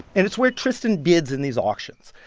and it's where tristan bids in these auctions.